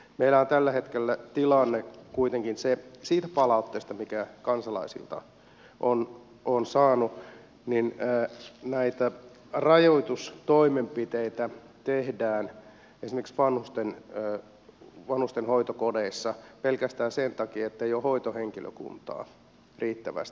meillä on tällä hetkellä tilanne kuitenkin sen palautteen perusteella minkä kansalaisilta olen saanut se että näitä rajoitustoimenpiteitä tehdään esimerkiksi vanhusten hoitokodeissa pelkästään sen takia ettei ole hoitohenkilökuntaa riittävästi